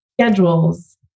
schedules